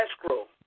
escrow